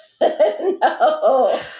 No